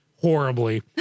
horribly